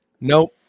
Nope